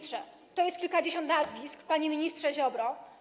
To jest kilkadziesiąt nazwisk, panie ministrze Ziobro.